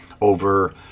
over